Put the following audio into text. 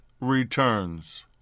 returns